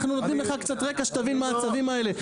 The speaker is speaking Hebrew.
אנחנו נותנים לך קצת רקע שתבין מה הצווים האלה,